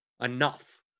enough